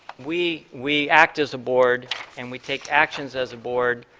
we we act as a board and we take actions as a board.